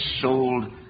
sold